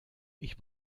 ich